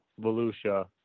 Volusia